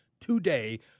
today